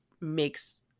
makes